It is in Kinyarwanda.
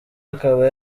akaba